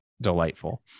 delightful